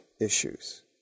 issues